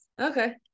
Okay